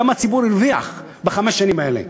כמה הציבור הרוויח בחמש השנים האלה.